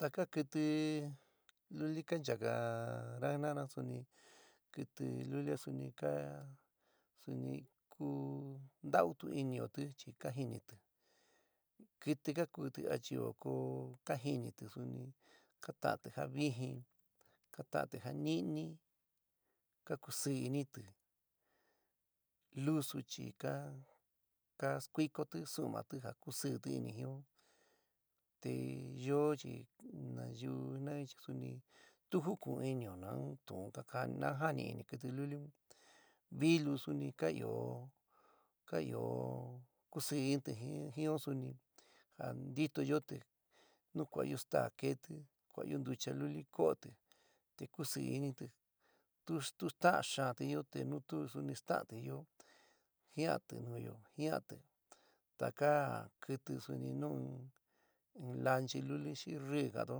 Taka kɨtɨ luli ka nchákana jin'ana suni kɨtɨ luli a suni ka suni ku ntaú tu iniotɨ chi kajɨnitɨ kɨtɨ ka kutɨ achío koó kajinitɨ suni ka ta'anti ja vɨjɨn kata'anti ja nɨɨni, ka kusɨɨ initɨ; lusu chi ka skuikóti su'umaatɨ ja kusɨɨti in jin'ó te yoó chi nayiu jinayo chi suni tu juku'un ɨnɨ'ó nuu tu'ún ka ka'án na jaáni ini kɨtɨ luli'un, vilu suni ka ɨ'ó ka ɨ'ó kusɨ initɨ jin jin'ó suni a ntitoyóti nu ku'ayo stá keéti, ku'ayo ntucha luli koóti te kusɨ initɨ tu tu staán xa´ánti yo te nu tu suni staánti yoó, ji'anti nuyo ji'anti taka kɨtɨ suni nu in lanchi luli xi rii ka kaantó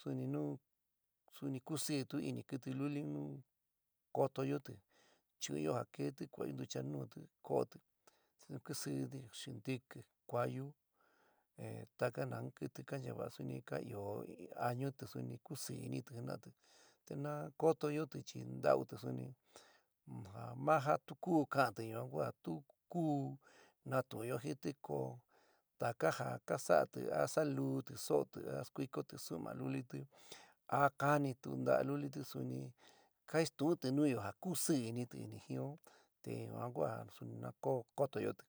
suni nu suni kusɨɨ tu inɨ kɨtɨ luli un kotoyóti chu'unyo ja keéti kuayo ntucha nuúti ko'óti te kusɨɨti, xintikɨ, kuayu taka naun kɨtɨ kanchava'á suni ka ɨ'ó ini añuti suni kusɨɨ initɨ jina'ati, te na kótoyoti chi ntaú suni ja ma ja tu ku ka'aánti yuan tu ku natu'unyo jintɨ ko taka ja ka sa'ati a saá luti soóti a skuikoti su'uma lulitɨ a kanitu nta'á lulitɨ suni kainstu'únti nuyo ja kusɨɨ initɨ jin'ó yuan ko suni na kotoyóti.